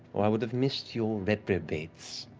or i would have missed you reprobates